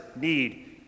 need